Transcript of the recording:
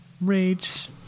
rage